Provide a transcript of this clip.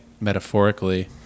metaphorically